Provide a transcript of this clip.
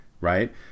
right